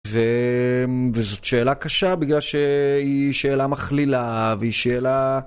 וזאת שאלה קשה בגלל שהיא שאלה מכלילה והיא שאלה...